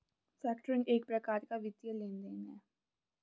factoring एक प्रकार का वित्तीय लेन देन है